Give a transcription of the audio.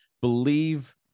Believe